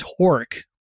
torque